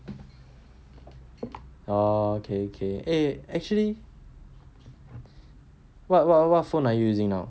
oh okay okay eh actually what what what phone you using now